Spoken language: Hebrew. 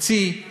מוציאים עשן,